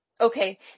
Okay